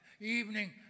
Evening